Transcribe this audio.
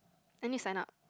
I need sign up